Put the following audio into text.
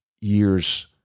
years